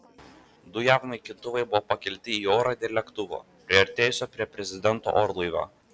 du jav naikintuvai buvo pakelti į orą dėl lėktuvo priartėjusio prie prezidento orlaivio